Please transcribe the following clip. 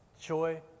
joy